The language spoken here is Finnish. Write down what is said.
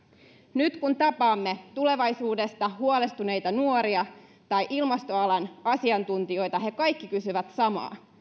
nyt kun tapaamme tulevaisuudesta huolestuneita nuoria tai ilmastoalan asiantuntijoita he kaikki kysyvät samaa